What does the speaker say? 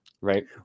right